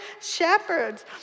shepherds